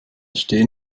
stehen